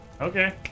Okay